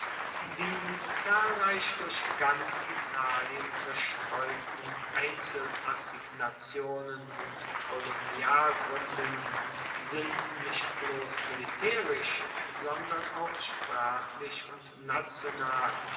die zahlreich durch ganz italien zerstreuten einzelassignationen und kolonialgruendungen sind nicht bloss militaerisch sondern auch sprachlich und national